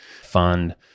fund